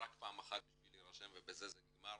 רק פעם אחת כדי להירשם ובזה זה נגמר.